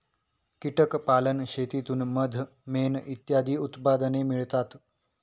कीटक पालन शेतीतून मध, मेण इत्यादी उत्पादने मिळतात